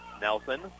Nelson